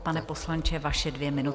Pane poslanče, vaše dvě minuty.